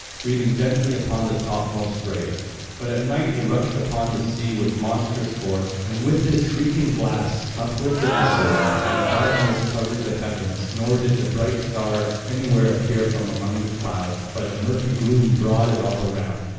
breathing gently upon the topmost sprays but at night he rushed upon the sea with monstrous force, and with his shrieking blasts uplifted the surge and a dark mist covered the heavens, nor did the bright stars anywhere appear from among the clouds, but a murky gloom brooded all around.